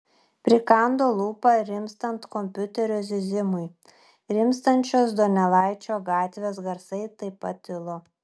prikando lūpą rimstant kompiuterio zyzimui rimstančios donelaičio gatvės garsai taip pat tilo